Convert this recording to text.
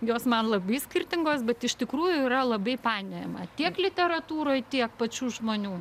jos man labai skirtingos bet iš tikrųjų yra labai painiojama tiek literatūroj tiek pačių žmonių